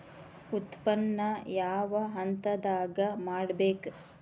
ಉತ್ಪನ್ನ ಯಾವ ಹಂತದಾಗ ಮಾಡ್ಬೇಕ್?